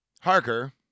Harker